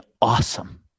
awesome